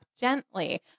gently